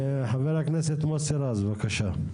חבר הכנסת מוסי רז, בבקשה.